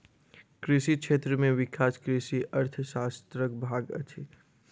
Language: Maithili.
कृषि क्षेत्र में विकास कृषि अर्थशास्त्रक भाग अछि